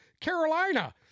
Carolina